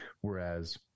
Whereas